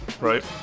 right